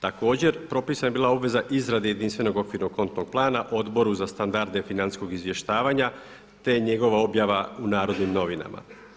Također propisana je bila obveza izrade jedinstvenog okvirnog kontnog plana odboru za standarde financijskog izvještavanja, te je njegova objava u Narodnim novinama.